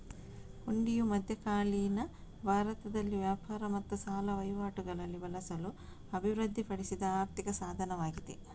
ಹುಂಡಿಯು ಮಧ್ಯಕಾಲೀನ ಭಾರತದಲ್ಲಿ ವ್ಯಾಪಾರ ಮತ್ತು ಸಾಲ ವಹಿವಾಟುಗಳಲ್ಲಿ ಬಳಸಲು ಅಭಿವೃದ್ಧಿಪಡಿಸಿದ ಆರ್ಥಿಕ ಸಾಧನವಾಗಿದೆ